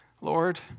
Lord